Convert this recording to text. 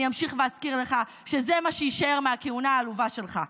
אני אמשיך ואזכיר לך שזה מה שיישאר מהכהונה העלובה שלך.